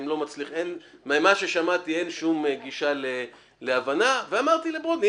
ממה ששמעתי אין שום גישה להבנה ואמרתי לברודני,